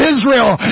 Israel